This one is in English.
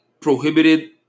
prohibited